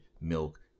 milk